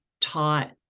taught